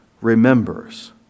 remembers